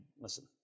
listen